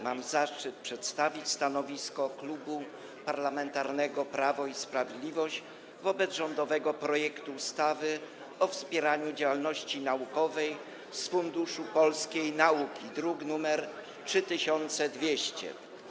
Mam zaszczyt przedstawić stanowisko Klubu Parlamentarnego Prawo i Sprawiedliwość wobec rządowego projektu ustawy o wspieraniu działalności naukowej z Funduszu Polskiej Nauki, druk nr 3200.